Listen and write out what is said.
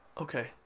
Okay